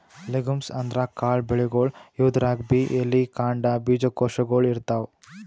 legumes ಅಂದ್ರ ಕಾಳ್ ಬೆಳಿಗೊಳ್, ಇವುದ್ರಾಗ್ಬಿ ಎಲಿ, ಕಾಂಡ, ಬೀಜಕೋಶಗೊಳ್ ಇರ್ತವ್